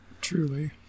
truly